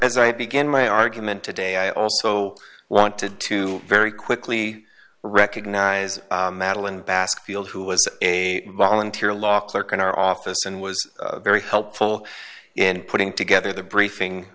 as i began my argument today i also wanted to very quickly recognize madeline bascule who was a volunteer law clerk in our office and was very helpful in putting together the briefing